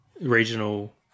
regional